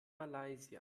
malaysia